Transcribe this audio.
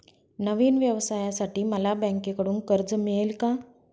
नवीन व्यवसायासाठी मला बँकेकडून कर्ज मिळेल का?